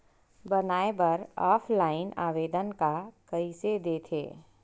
बनाये बर ऑफलाइन आवेदन का कइसे दे थे?